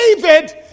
David